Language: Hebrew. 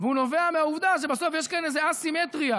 והוא נובע מהעובדה שבסוף יש כאן איזה א-סימטריה.